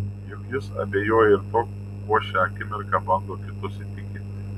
juk jis abejoja ir tuo kuo šią akimirką bando kitus įtikinti